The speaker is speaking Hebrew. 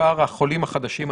החדשים.